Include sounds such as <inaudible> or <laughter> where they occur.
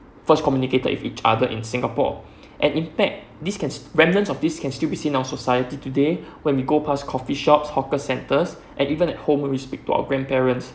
first communicated with each others in singapore <breath> and in fact this can reminiscence of this can still be seen in our society today <breath> when we go pass coffee shops hawkers centres and even at home when we speak to our grandparents